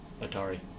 Atari